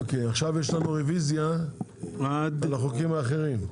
עכשיו רביזיה על החוקים האחרים.